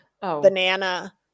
banana